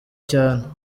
cyane